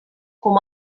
com